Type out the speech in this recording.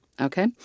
okay